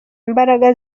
imbaraga